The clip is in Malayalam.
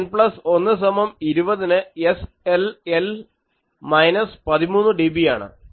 N പ്ലസ് 1 സമം 20 ന് SLL മൈനസ് 13dB ആണ്